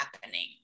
happening